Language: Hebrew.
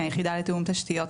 מהיחידה לתיאום תשתיות,